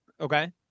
Okay